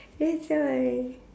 that's why